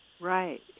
Right